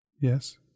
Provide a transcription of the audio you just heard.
Yes